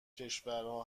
کشورها